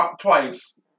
twice